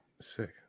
Sick